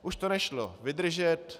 Už to nešlo vydržet.